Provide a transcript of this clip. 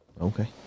Okay